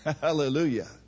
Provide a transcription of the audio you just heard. Hallelujah